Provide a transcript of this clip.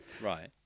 Right